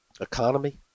Economy